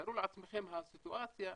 תארו לעצמכם את הסיטואציה,